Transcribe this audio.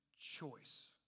choice